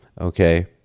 okay